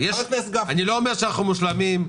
אני לא אומר שאנחנו מושלמים,